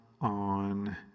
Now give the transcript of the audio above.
on